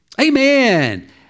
Amen